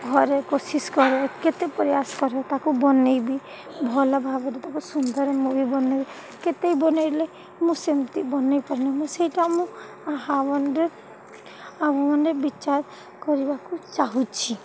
ଘରେ କୋସିିସ୍ କରେ କେତେ ପ୍ରୟାସ କରେ ତାକୁ ବନାଇବି ଭଲ ଭାବରେ ତାକୁ ସୁନ୍ଦର ମୁ ବି ବନାଇବ କେତେ ବନାଇଲେ ମୁଁ ସେମିତି ବନାଇପାରୁନି ମୁଁ ସେଇଟା ମୁଁ ଆମେମାନେ ଆମେମାନେ ବିଚାର କରିବାକୁ ଚାହୁଁଛି